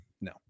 no